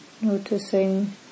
noticing